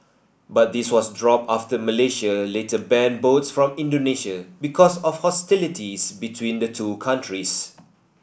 but this was dropped after Malaysia later banned boats from Indonesia because of hostilities between the two countries